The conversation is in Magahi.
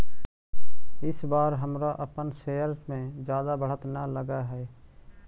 इस बार हमरा अपन शेयर्स में जादा बढ़त न लगअ हई